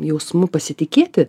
jausmu pasitikėti